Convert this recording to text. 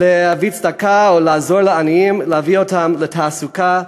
לתת צדקה או לעזור לעניים זה להביא אותם לתעסוקה,